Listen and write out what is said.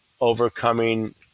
overcoming